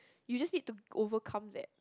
you just need to overcome that